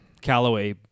Callaway